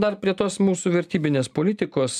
dar prie tos mūsų vertybinės politikos